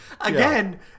again